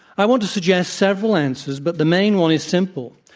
i want to suggest several answers, but the main one is simple.